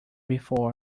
before